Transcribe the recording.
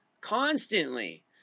constantly